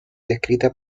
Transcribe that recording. descrita